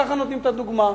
כך נותנים את הדוגמה.